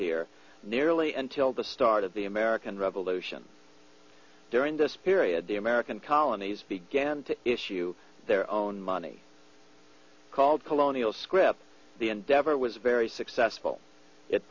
here nearly until the start of the american revolution during this period the american colonies began to issue their own money called colonial scrip the endeavor was very successful it